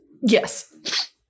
Yes